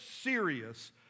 serious